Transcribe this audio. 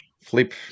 Flip